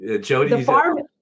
Jody